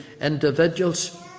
individuals